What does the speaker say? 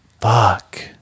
fuck